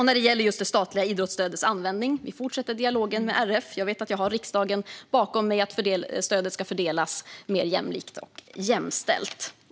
När det gäller det statliga idrottsstödets användning fortsätter vi dialogen med RF. Jag vet att jag har riksdagen bakom mig när det gäller att stödet ska fördelas mer jämlikt och jämställt.